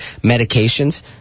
medications